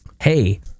Hey